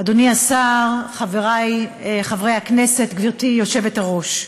אדוני השר, חברי חברי הכנסת, גברתי היושבת-ראש,